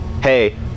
hey